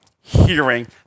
hearing